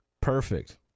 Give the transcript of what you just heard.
Perfect